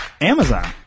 Amazon